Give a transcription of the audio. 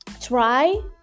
try